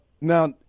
Now